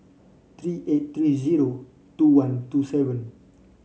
three eight three zero two one two seven